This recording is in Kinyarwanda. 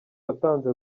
watanze